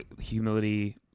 humility